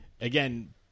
again